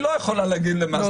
היא לא יכולה להגיד למאסדר --- זה,